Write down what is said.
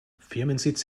firmensitz